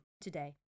today